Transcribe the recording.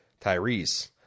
Tyrese